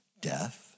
death